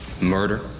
Murder